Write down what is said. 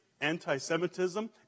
Anti-Semitism